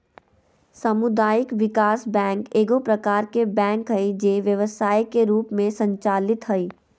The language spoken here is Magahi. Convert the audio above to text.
सामुदायिक विकास बैंक एगो प्रकार के बैंक हइ जे व्यवसाय के रूप में संचालित हइ